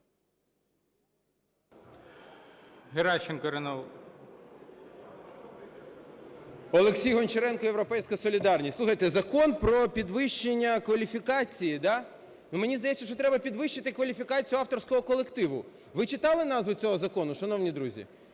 Олексій Гончаренко, "Європейська солідарність". Слухайте, Закон про підвищення кваліфікації, да? І мені здається, що треба підвищити кваліфікацію авторського колективу. Ви читали назву цього закону, шановні друзі?